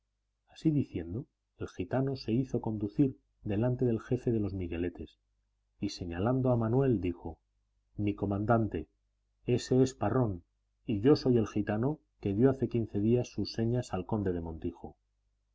así diciendo el gitano se hizo conducir delante del jefe de los migueletes y señalando a manuel dijo mi comandante ése es parrón y yosoy el gitano que dio hace quince días sus señas al conde del montijo